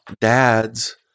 dads